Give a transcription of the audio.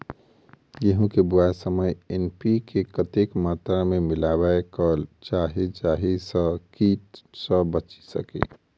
गेंहूँ केँ बुआई समय एन.पी.के कतेक मात्रा मे मिलायबाक चाहि जाहि सँ कीट सँ बचि सकी?